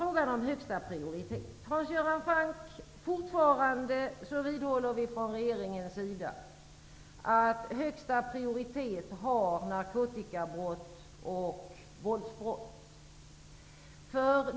Vi vidhåller fortfarande från regeringens sida att narkotika och våldsbrott har högsta prioritet.